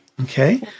Okay